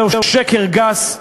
זהו שקר גס.